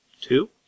Two